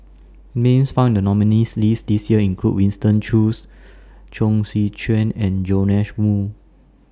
Names found in The nominees' list This Year include Winston Choos Chong Tze Chien and Joash Moo